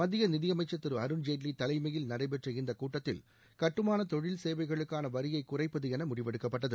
மத்திய நிதியஸமச்சர் திரு அருண்ஜேட்லி தலைமையில் நடைபெற்ற இந்தக் கூட்டத்தில் கட்டுமான தொழில் சேவைகளுக்கான வரியை குறைப்பது என முடிவெடுக்கப்பட்டது